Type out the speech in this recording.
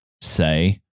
say